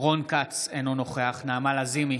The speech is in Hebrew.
רון כץ, אינו נוכח נעמה לזימי,